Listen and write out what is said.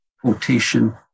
quotation